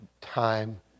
time